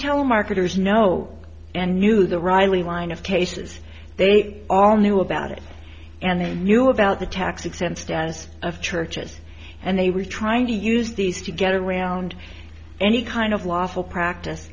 telemarketers know and knew the riley line of cases they all knew about it and they knew about the tax exempt status of churches and they were trying to use these to get around any kind of lawful practice